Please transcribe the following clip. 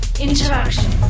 Interaction